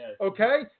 okay